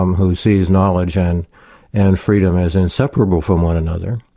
um who sees knowledge and and freedom as inseparable from one another,